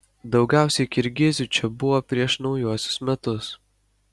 daugiausiai kirgizių čia buvo prieš naujuosius metus